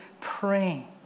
praying